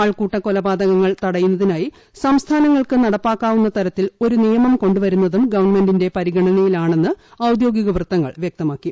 ആൾക്കൂട്ട കൊലപാതകങ്ങൾ തടയുന്നതിനായി സംസ്ഥാനങ്ങൾക്കു നടപ്പിലാക്കാവുന്ന തരത്തിൽ നിയമം കൊണ്ടുവരുന്നതും ഗവൺമെന്റിന്റെ ഒരു പരിഗണനയിലാണെന്ന് ഔദ്യോഗിക വൃത്തങ്ങൾ വൃക്തമാക്കി